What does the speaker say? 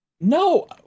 No